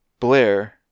Blair